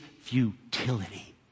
futility